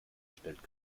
stellt